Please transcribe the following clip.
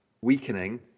weakening